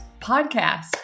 Podcast